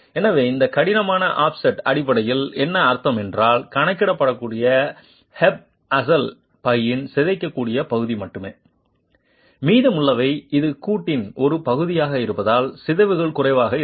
எனவே இந்த கடினமான ஆஃப்செட் அடிப்படையில் என்ன அர்த்தம் என்றால் கணக்கிடப்பட்ட ஹெஃப் அசல் பையின் சிதைக்கக்கூடிய பகுதி மட்டுமே மீதமுள்ளவை இது கூட்டின் ஒரு பகுதியாக இருப்பதால் சிதைவுகள் குறைவாக இருக்கும்